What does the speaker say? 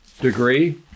degree